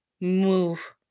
move